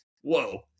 whoa